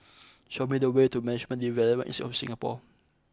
show me the way to Management Development Institute of Singapore